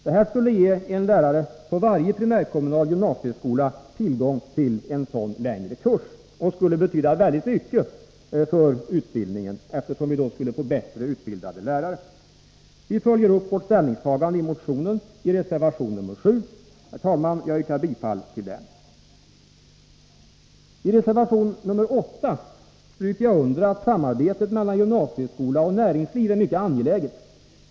Detta skulle ge en lärare på varje primärkommunal gymnasieskola tillgång till en sådan längre kurs och skulle betyda mycket för utbildningen, eftersom vi då skulle få bättre utbildade lärare. Vårt ställningstagande i motionen följer vi upp i reservation nr 7. Herr talman! Jag yrkar bifall till den reservationen. I reservation nr 8 stryker jag under att samarbetet mellan gymnasieskola och näringsliv är mycket angeläget.